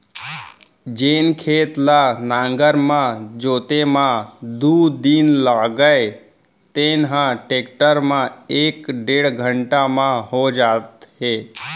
जेन खेत ल नांगर म जोते म दू दिन लागय तेन ह टेक्टर म एक डेढ़ घंटा म हो जात हे